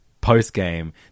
post-game